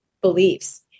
beliefs